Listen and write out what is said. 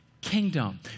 Kingdom